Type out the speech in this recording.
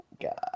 God